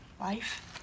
life